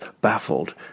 baffled